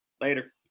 later